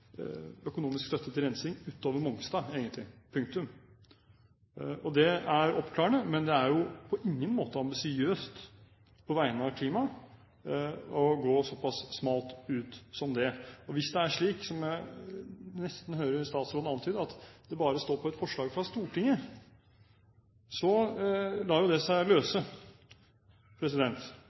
økonomisk støtte til rensing utover Mongstad egentlig – punktum. Det er oppklarende. Men det er jo på ingen måte ambisiøst på vegne av klima å gå såpass smalt ut som det. Hvis det er slik, som jeg nesten hører statsråden antyde, at det bare står på et forslag fra Stortinget, lar det seg løse,